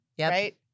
right